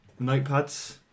notepads